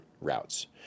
routes